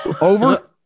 Over